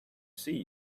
see